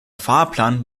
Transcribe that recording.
fahrplan